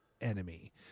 enemy